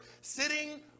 sitting